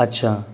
अच्छा